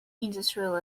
industrial